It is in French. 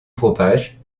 propage